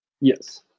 Yes